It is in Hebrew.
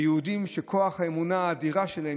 ביהודים שבכוח האמונה האדירה שלהם,